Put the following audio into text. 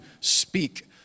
speak